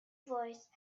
voicesand